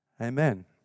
amen